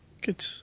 Good